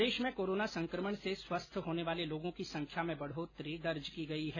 प्रदेश में कोरोना संकमण से स्वस्थ होने वाले लोगों की संख्या में बढोतरी दर्ज की गई है